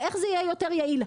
ואיך זה יהיה יותר יעיל?